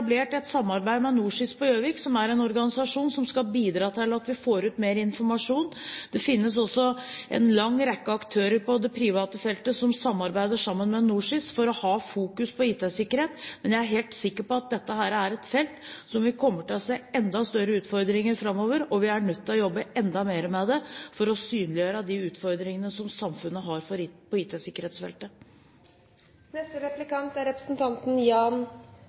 et samarbeid med NorSIS på Gjøvik, en organisasjon som skal bidra til at vi får ut mer informasjon. Det finnes også en lang rekke aktører på det private feltet som samarbeider med NorSIS, for å fokusere på IT-sikkerhet. Jeg er helt sikker på at dette er et felt hvor vi kommer til å få enda større utfordringer framover. Vi er nødt til å jobbe enda mer med det for å synliggjøre de utfordringene som samfunnet har på IT-sikkerhetsfeltet. Sett fra et forbrukerperspektiv: Vi bruker nettet mer og mer, og veldig ofte er